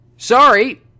Sorry